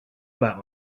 about